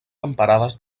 temperades